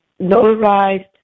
notarized